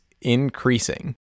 increasing